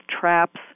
traps